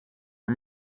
her